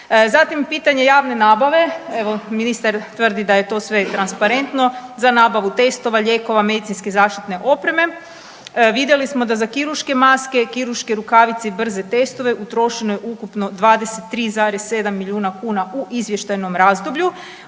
Zatim, pitanje javne nabave, evo, ministar tvrdi da je to sve transparentno za nabavu testova, lijekova, medicinske zaštitne opreme vidjeli smo da za kirurške maske, kirurške rukavice i brze testove utrošeno je ukupno 23,7 milijuna kuna u izvještajnom razdoblju,